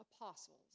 apostles